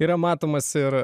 yra matomas ir